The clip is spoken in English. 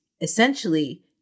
essentially